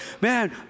man